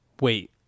Wait